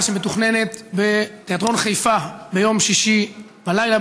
שמתוכננת בתיאטרון חיפה ביום שישי בלילה,